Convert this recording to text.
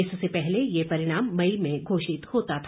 इससे पहले ये परिणाम मई में घोषित होता था